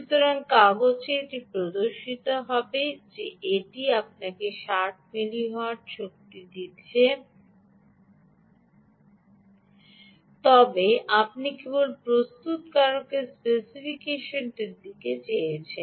সুতরাং কাগজে এটি প্রদর্শিত হবে যে এটি আপনাকে 60 মিলিওয়াট শক্তি দিতে হবে তবে আমি কেবল প্রস্তুতকারকের স্পেসিফিকেশনটির দিকে চেয়েছি